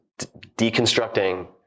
deconstructing